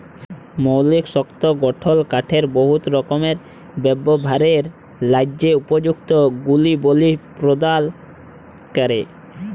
মৌলিক শক্ত গঠল কাঠকে বহুত রকমের ব্যাভারের ল্যাযে উপযুক্ত গুলবলি পরদাল ক্যরে